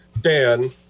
Dan